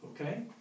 Okay